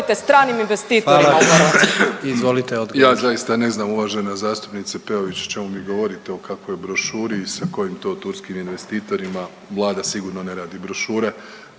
Hvala.